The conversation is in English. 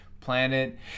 Planet